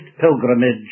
pilgrimage